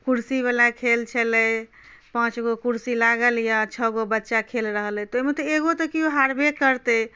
कुरसीवला खेल छलै पाँच गो कुरसी लागल यए छओ गो बच्चा खेल रहल अइ ओहिमे तऽ एगो तऽ कियो हारबे करतै